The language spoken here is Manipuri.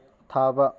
ꯊꯥꯕ